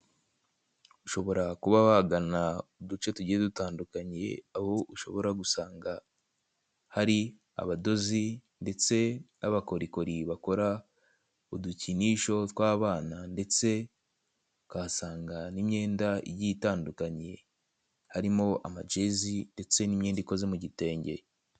Ushobora kuba wagana uduce tugiye dutandukanye aho ushobora gusanga hari abadozi ndetse n'abakorikori bakora udukinisho tw'abana ndetse ukahasanga n'imyenda igiye itandukanye harimo amajezi ndetse n'imyenda ikoze mu gitenge.